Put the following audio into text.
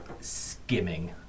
skimming